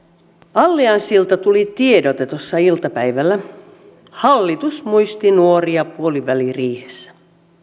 allianssilta tuli tiedote tuossa iltapäivällä hallitus muisti nuoria puoliväliriihessä